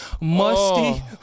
musty